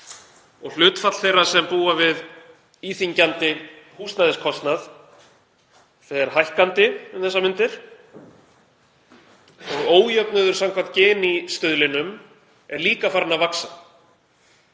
Hlutfall þeirra sem býr við íþyngjandi húsnæðiskostnað fer hækkandi um þessar mundir og ójöfnuður samkvæmt Gini-stuðlinum er líka farinn að vaxa.